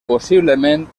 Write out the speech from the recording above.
possiblement